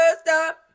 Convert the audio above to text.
stop